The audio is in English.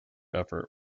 effort